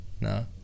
No